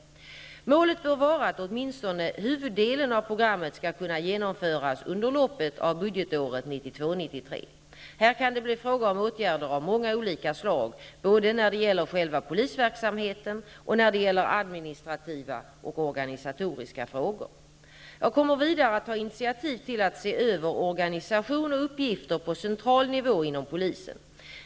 Målet bör vara att åtminstone huvuddelen av programmet skall kunna genomföras under loppet av budgetåret 1992/93. Här kan det bli fråga om åtgärder av många olika slag, både när det gäller själva polisverksamheten och när det gäller administrativa och organisatoriska frågor. Jag kommer vidare att ta initiativ till att se över organisation och uppgifter på central nivå inom polisen.